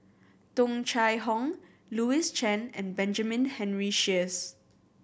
Tung Chye Hong Louis Chen and Benjamin Henry Sheares